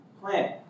plant